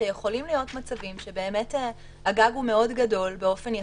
שיכולים להיות מצבים שבאמת הגג מאוד גדול באופן יחסי,